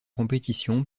compétition